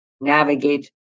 navigate